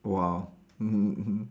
!wow! mmhmm mmhmm